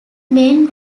main